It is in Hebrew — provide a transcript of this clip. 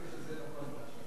אתה מדבר כאילו זה נפל מהשמים.